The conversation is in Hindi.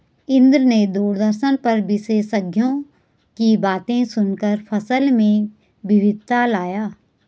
इंद्र ने दूरदर्शन पर विशेषज्ञों की बातें सुनकर फसल में विविधता लाया